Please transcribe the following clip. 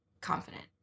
confident